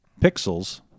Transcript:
pixels